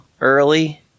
early